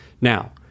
Now